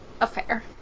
affair